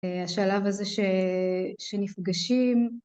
השלב הזה שנפגשים.